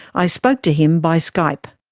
i spoke to him by skype.